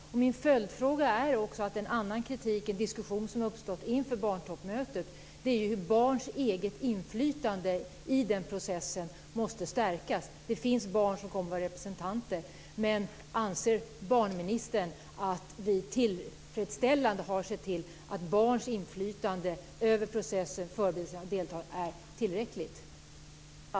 Jag har en följdfråga om den kritik och den diskussion som uppstått inför barntoppmötet och som handlar om hur barns eget inflytande i den processen måste stärkas - det finns barn som kommer att vara representanter: Anser barnministern att vi på ett tillfredsställande sätt har sett till att barns inflytande över processen och förberedelserna för att delta är tillräckligt?